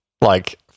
Like-